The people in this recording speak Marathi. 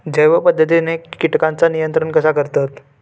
जैव पध्दतीत किटकांचा नियंत्रण कसा करतत?